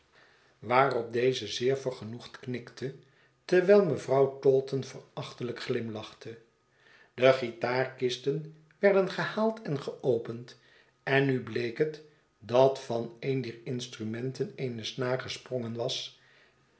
waarop deze zeer vergenoegd knikte terwijl rnevrouw taunton verachtelijk glimlachte de guitarkisten werden gehaald en geopend en nu week het dat van een dier instrumenten eene snaar gesprongen was